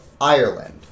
Ireland